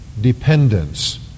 dependence